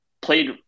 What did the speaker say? played